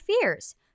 fears